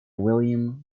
william